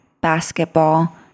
basketball